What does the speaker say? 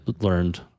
learned